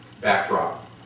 backdrop